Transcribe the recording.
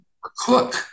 cook